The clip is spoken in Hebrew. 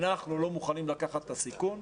אנחנו לא מוכנים לקחת את הסיכון,